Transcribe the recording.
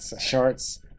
Shorts